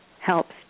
helps